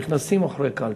נכנסים מאחורי הפרגוד בקלפי.